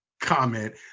comment